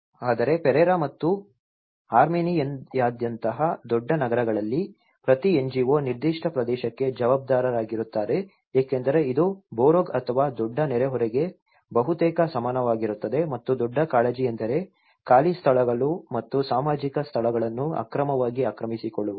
ಆದರೆ ಪೆರೇರಾ ಮತ್ತು ಅರ್ಮೇನಿಯಾದಂತಹ ದೊಡ್ಡ ನಗರಗಳಲ್ಲಿ ಪ್ರತಿ NGO ನಿರ್ದಿಷ್ಟ ಪ್ರದೇಶಕ್ಕೆ ಜವಾಬ್ದಾರರಾಗಿರುತ್ತಾರೆ ಏಕೆಂದರೆ ಇದು ಬರೋ ಅಥವಾ ದೊಡ್ಡ ನೆರೆಹೊರೆಗೆ ಬಹುತೇಕ ಸಮಾನವಾಗಿರುತ್ತದೆ ಮತ್ತು ದೊಡ್ಡ ಕಾಳಜಿಯೆಂದರೆ ಖಾಲಿ ಸ್ಥಳಗಳು ಮತ್ತು ಸಾರ್ವಜನಿಕ ಸ್ಥಳಗಳನ್ನು ಅಕ್ರಮವಾಗಿ ಆಕ್ರಮಿಸಿಕೊಳ್ಳುವುದು